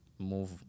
Move